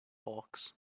hawks